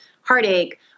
heartache